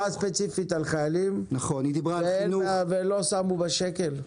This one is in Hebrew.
היא דיברה ספציפית על חיילים ולא שמו בה שקל.